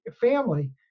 family